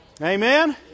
Amen